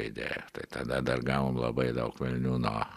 įdėjo tai tada dar gavom labai daug velnių nuo